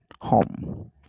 home